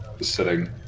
sitting